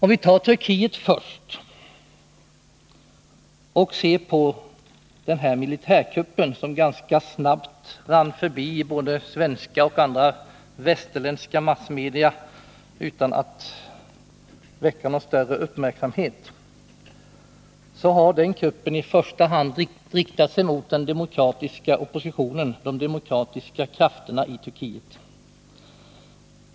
Låt oss börja med att se på militärkuppen i Turkiet, som ganska snabbt rann förbi både svenska och andra västerländska massmedia utan att väcka någon större uppmärksamhet. Den kuppen har i första hand riktat sig mot den demokratiska oppositionen, de demokratiska krafterna i Turkiet.